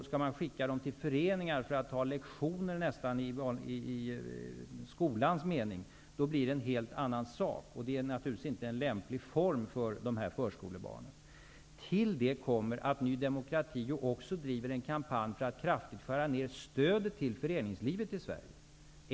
Skall man skicka barnen till föreningar för lektioner, nästan i skolans mening, blir det en helt annan sak. Det är naturligtvis inte en lämplig form för de här förskolebarnen. Till detta kommer att Ny demokrati ju också driver en kampanj för att kraftigt skära ned stödet till föreningslivet i Sverige.